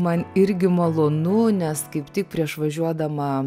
man irgi malonu nes kaip tik prieš važiuodama